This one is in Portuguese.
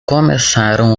começaram